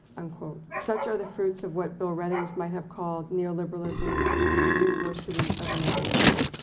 unquote. such are the fruits of what bill readings might have called neoliberalism's university of innovation,